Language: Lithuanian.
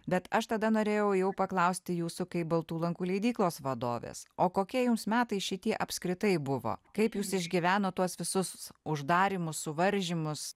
bet aš tada norėjau jau paklausti jūsų kaip baltų lankų leidyklos vadovės o kokie jums metai šitie apskritai buvo kaip jūs išgyvenot tuos visus uždarymus suvaržymus